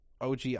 OG